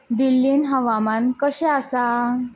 दिल्लीन हवामान कशें आसा